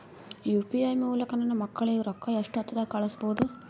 UPI ಮೂಲಕ ನನ್ನ ಮಕ್ಕಳಿಗ ರೊಕ್ಕ ಎಷ್ಟ ಹೊತ್ತದಾಗ ಕಳಸಬಹುದು?